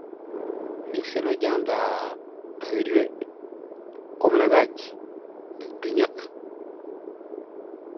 Ndi gseli bége yaanta a wédi we, gumuli gaaj ngi gdúnnñet.